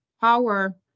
power